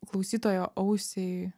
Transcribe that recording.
klausytojo ausiai